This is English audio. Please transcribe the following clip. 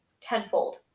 tenfold